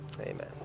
Amen